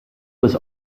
was